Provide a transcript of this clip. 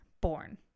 born